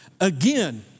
again